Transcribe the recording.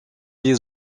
les